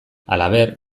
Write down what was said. halaber